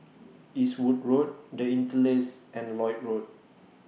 Eastwood Road The Interlace and Lloyd Road